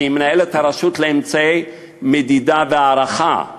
שהיא מנהלת הרשות לאמצעי מדידה והערכה,